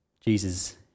Jesus